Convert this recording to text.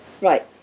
Right